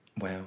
Wow